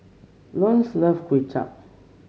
Lone love Kuay Chap